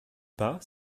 pas